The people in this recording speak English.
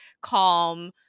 calm